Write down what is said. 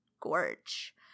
gorge